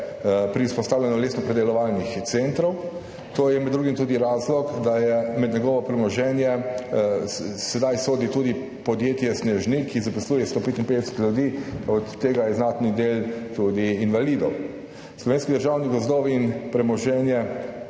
pri vzpostavljanju lesno predelovalnih centrov. To je med drugim tudi razlog, da med njegovo premoženje sedaj sodi tudi podjetje Snežnik, ki zaposluje 155 ljudi, od tega je znatni del tudi invalidov. Slovenski državni gozdovi in premoženje